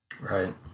Right